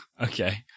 Okay